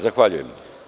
Zahvaljujem.